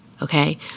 Okay